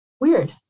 Weird